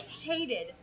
hated